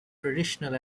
traditional